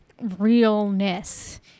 realness